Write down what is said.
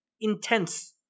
intense